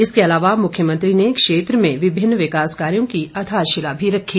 इसके अलावा मुख्यमंत्री ने क्षेत्र में विभिन्न विकास कार्यों की आधरशिला भी रखी